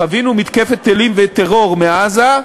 חווינו מתקפת טילים וטרור מעזה,